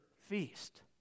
feast